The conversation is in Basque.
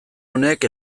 honek